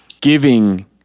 giving